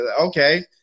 Okay